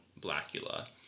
Blackula